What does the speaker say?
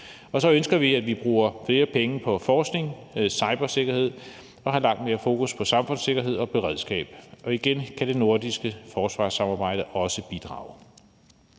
Så ønsker vi, at vi bruger flere penge på forskning og cybersikkerhed og har langt mere fokus på samfundssikkerhed og beredskab, og igen kan det nordiske forsvarssamarbejde også bidrage.